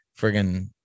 Friggin